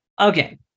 Okay